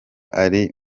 ari